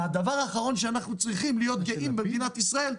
והדבר האחרון שאנחנו צריכים להיות גאים במדינת ישראל,